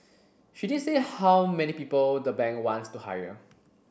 she didn't say how many people the bank wants to hire